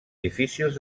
difícils